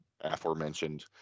aforementioned